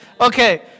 Okay